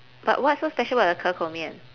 but what's so special about the ke kou mian